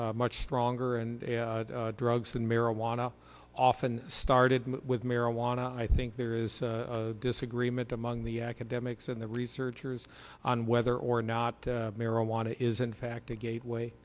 much stronger and drugs than marijuana often started with marijuana i think there is disagreement among the academics and the researchers on whether or not marijuana is in fact a gateway